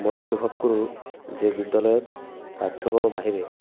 মই অনুভৱ কৰো বিদ্যালয়ত পাঠ্যক্ৰমৰ বাহিৰে